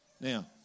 Now